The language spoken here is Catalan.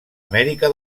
amèrica